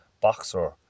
boxer